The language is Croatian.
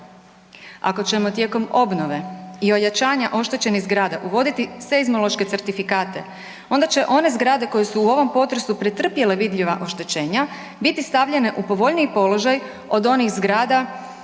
Ako ćemo tijekom obnove i ojačanja oštećenih zgrada uvoditi seizmološke certifikate, onda će one zgrade koje su u ovom potresu pretrpjele vidljiva oštećenja biti stavljene u povoljniji položaj od onih zgrada